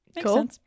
cool